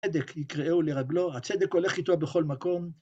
"צדק יקראהו לרגלו", הצדק הולך איתו בכל מקום.